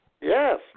yes